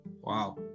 Wow